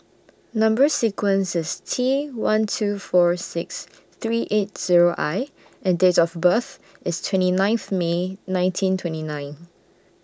Number sequence IS T one two four six three eight Zero I and Date of birth IS twenty ninth May nineteen twenty nine